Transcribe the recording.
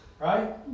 Right